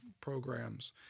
programs